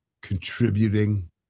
contributing